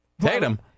Tatum